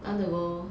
I want to go